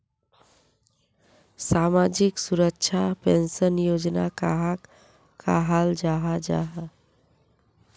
सामाजिक सुरक्षा पेंशन योजना कहाक कहाल जाहा जाहा?